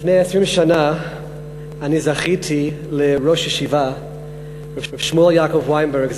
לפני 20 שנה אני זכיתי לראש ישיבה ושמו יעקב ויינברג,